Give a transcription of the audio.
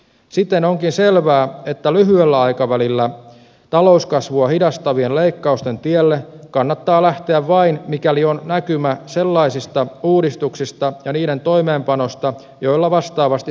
siten onkin selvää että lyhyellä aikavälillä talouskasvua hidastavien leikkausten tielle kannattaa lähteä vain mikäli on näkymä sellaisista uudistuksista ja niiden toimeenpanosta joilla vastaavasti syntyy kasvua